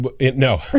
no